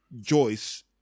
Joyce